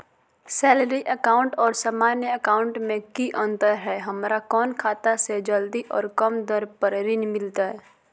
Salary account और सामान्य account मे की अंतर है हमरा कौन खाता से जल्दी और कम दर पर ऋण मिलतय?